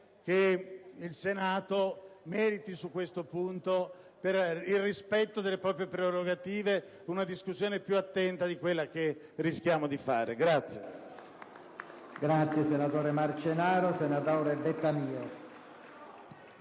che il Senato meriti su questo punto, nel rispetto delle proprie prerogative, una discussione più attenta di quella che rischiamo di fare.